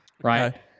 right